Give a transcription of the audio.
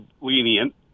lenient